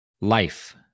Life